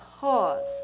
pause